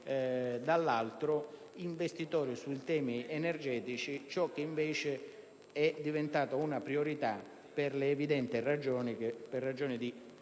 dall'altro, investitori sui temi energetici, aspetto che invece è diventato una priorità per le evidenti ragioni che